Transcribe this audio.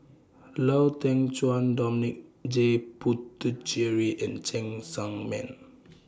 Lau Teng Chuan Dominic J Puthucheary and Cheng Tsang Man